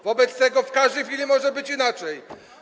Wobec tego w każdej chwili może być inaczej.